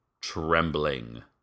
trembling